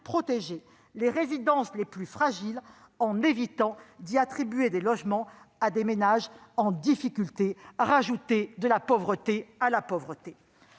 protéger les résidences les plus fragiles en évitant d'y attribuer des logements à des ménages en difficulté, ce qui reviendrait à ajouter de la pauvreté à la pauvreté.